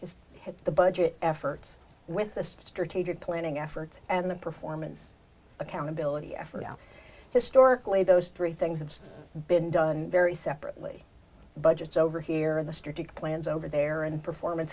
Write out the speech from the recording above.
head the budget efforts with the strategic planning effort and the performance accountability effort historically those three things have been done very separately budgets over here the strategic plans over there and performance